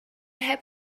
heb